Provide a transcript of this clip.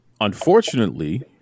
Unfortunately